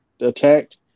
attacked